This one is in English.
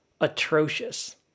atrocious